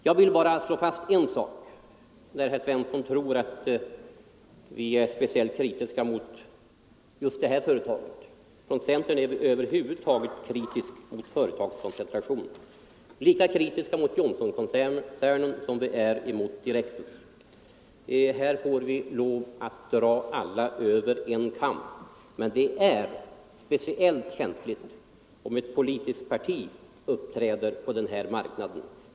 Jag vill bara slå fast en sak, eftersom herr Svensson tycks tro att vi är speciellt kritiska mot just det här företaget. Från centern är vi över huvud taget kritiska mot företagskoncentration. Vi är lika kritiska mot Johnsonkoncernen som mot Direktus. Här får vi dra alla över en kam. Men det är speciellt känsligt om ett politiskt parti uppträder på den här marknaden.